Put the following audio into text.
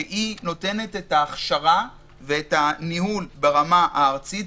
שהיא נותנת את ההכשרה ואת הניהול ברמה הארצית,